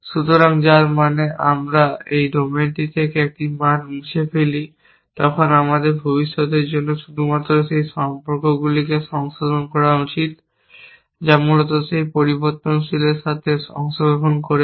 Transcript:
সুতরাং যার মানে যখন আমরা একটি ডোমেন থেকে একটি মান মুছে ফেলি তখন আমাদের ভবিষ্যতের জন্য শুধুমাত্র সেই সম্পর্কগুলিকে সংশোধন করা উচিত যা মূলত সেই পরিবর্তনশীলের সাথে অংশগ্রহণ করছে